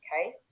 okay